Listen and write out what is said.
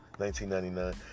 1999